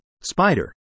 spider